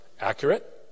accurate